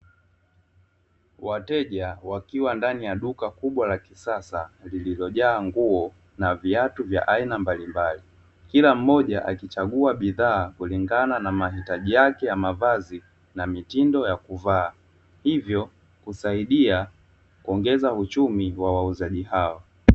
Wateja wakiwa ndani duka kubwa la kisasa lililojaa nguo na viatu vya aina mbalimbali. Kila mmoja akichagua bidhaa kulingana na mahitaji yake ya mavazi na mitindo ya kuvaa, hivyo husaidia kuongeza uchumi kwa wauzaji hawa.